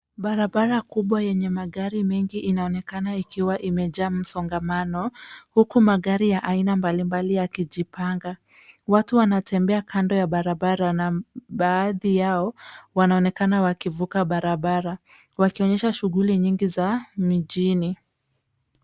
Barabara kubwa yenye magari mengi inaonekana ikiwa imejaa msongamano, huku magari ya aina mbalimbali yakijipanga. Watu wanatembea kando ya barabara, na baadhi yao wanaonekana wakivuka barabara, wakionyesha shughuli nyingi za mijini.